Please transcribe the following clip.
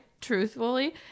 truthfully